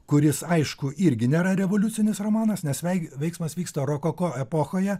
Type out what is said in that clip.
kuris aišku irgi nėra revoliucinis romanas nes veik veiksmas vyksta rokoko epochoje